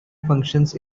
functions